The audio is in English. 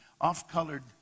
off-colored